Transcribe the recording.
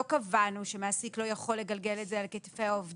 לא קבענו שמעסיק לא יכול לגלגל את זה על כתפי העובדים.